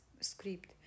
script